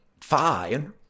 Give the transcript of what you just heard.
fine